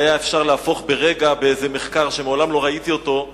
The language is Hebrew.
שהיה אפשר להפוך ברגע באיזה מחקר שמעולם לא ראיתי אותו,